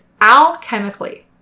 alchemically